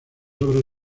obras